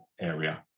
area